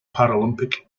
paralympic